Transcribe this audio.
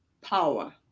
power